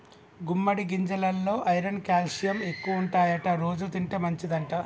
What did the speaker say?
గుమ్మడి గింజెలల్లో iron calcium ఎక్కువుంటాయట రోజు తింటే మంచిదంట